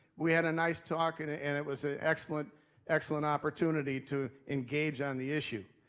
we had a nice talk and and it was an excellent excellent opportunity to engage on the issue.